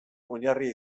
oinarria